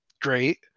great